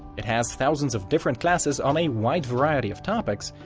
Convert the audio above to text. it has thousands of different classes on a wide variety of topics,